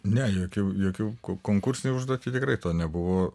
ne jokių jokių konkursinėj neužduoty tikrai to nebuvo